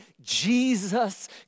Jesus